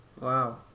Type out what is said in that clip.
Wow